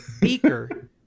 Beaker